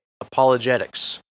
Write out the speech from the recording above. apologetics